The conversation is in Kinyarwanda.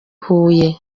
huye